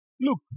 Look